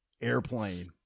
airplane